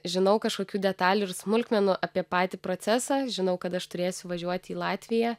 žinau kažkokių detalių ir smulkmenų apie patį procesą žinau kad aš turėsiu važiuoti į latviją